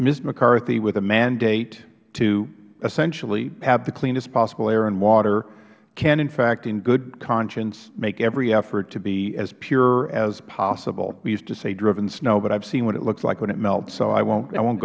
mccarthy with a mandate to essentially have the cleanest possible air and water can in fact in good conscience make every effort to be as pure as possible we used to say driven snow but i have seen what it looks like when it melts so i won't